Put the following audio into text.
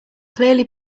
clearly